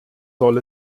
soll